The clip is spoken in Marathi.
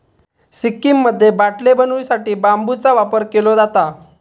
सिक्कीममध्ये बाटले बनवू साठी बांबूचा वापर केलो जाता